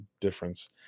difference